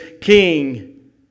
king